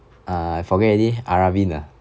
ah I forget already aravin ah